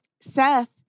Seth